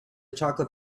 chocolate